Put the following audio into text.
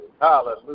Hallelujah